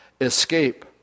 escape